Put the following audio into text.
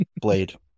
Blade